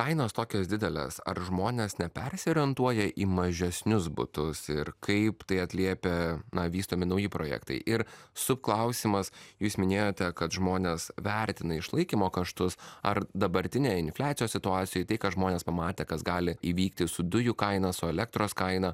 kainos tokias dideles ar žmonės nepersiorientuoja į mažesnius butus ir kaip tai atliepia na vystomi nauji projektai ir su klausimas jūs minėjote kad žmonės vertina išlaikymo kaštus ar dabartinėj infliacijos situacijoj tai ką žmonės pamatė kas gali įvykti su dujų kaina su elektros kaina